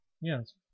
yes